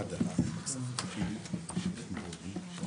בשעה 12:48.